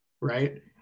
Right